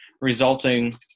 resulting